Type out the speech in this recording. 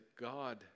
God